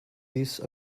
use